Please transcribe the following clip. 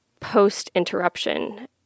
post-interruption